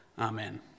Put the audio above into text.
Amen